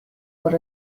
what